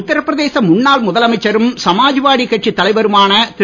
உத்தரபிரதேச முன்னாள் முதலமைச்சரும் சமாஜ்வாடி கட்சி தலைவருமான திரு